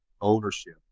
ownership